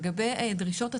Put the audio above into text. לגבי דרישות התקינה,